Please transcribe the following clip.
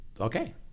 okay